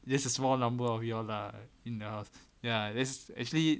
this is a small number of you all lah enough ya that's actually